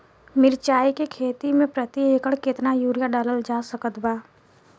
मिरचाई के खेती मे प्रति एकड़ केतना यूरिया डालल जा सकत बा?